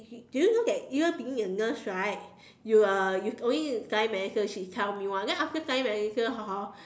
do you okay do you know even that being a nurse right you are you only need to study medicine she tell me [one] then after study medicine hor